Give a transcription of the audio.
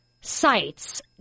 sites